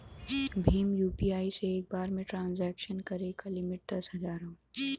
Bhim UPI से एक बार में ट्रांसक्शन करे क लिमिट दस हजार हौ